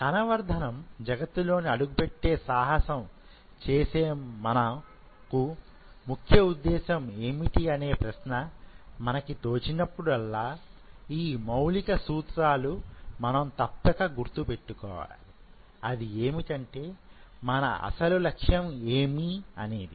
కణ వర్ధనం జగత్తులోని అడుగుపెట్టే సాహసం చేసిన మన ముఖ్య ఉద్దేశం ఏమిటి అనే ప్రశ్న మనకి తోచినప్పుడల్లా ఈ మౌలిక సూత్రాలు మనం తప్పక గుర్తు పెట్టుకోవాలి అది ఏమంటే మన అసలు లక్ష్యం ఏమి అనేది